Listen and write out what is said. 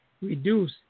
reduce